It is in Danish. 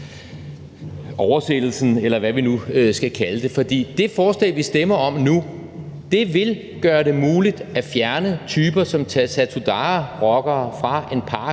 oversættelsen, eller hvad vi nu skal kalde det. For det forslag, vi stemmer om nu, vil gøre det muligt at fjerne typer som Satudarahrockere fra en park,